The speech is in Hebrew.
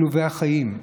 הם עלובי החיים.